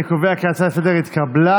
אני קובע כי ההצעה לסדר-היום התקבלה,